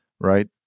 right